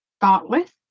thoughtless